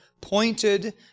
pointed